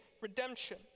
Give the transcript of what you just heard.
redemption